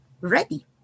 ready